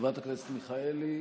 חברת הכנסת מיכאלי?